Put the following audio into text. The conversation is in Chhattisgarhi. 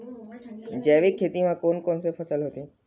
जैविक खेती म कोन कोन से फसल होथे?